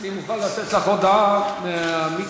אני מוכן לתת לך הודעה מהמיקרופון.